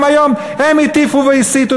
השותפים שלכם היום הם הטיפו והסיתו